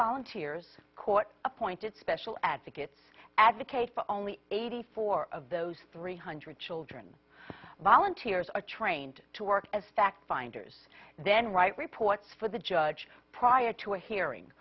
volunteers court appointed special advocates advocate for only eighty four of those three hundred children volunteers are trained to work as fact finders then write reports for the judge prior to a hearing